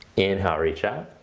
inhale reach out.